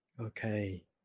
Okay